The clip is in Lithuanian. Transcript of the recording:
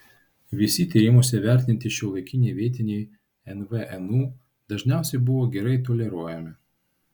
visi tyrimuose vertinti šiuolaikiniai vietiniai nvnu dažniausiai buvo gerai toleruojami